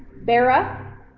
Bera